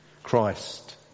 Christ